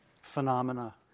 phenomena